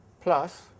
plus